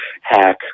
hack